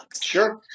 Sure